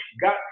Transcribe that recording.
got